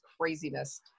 craziness